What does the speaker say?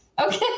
Okay